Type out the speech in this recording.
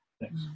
Thanks